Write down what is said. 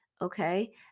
Okay